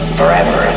forever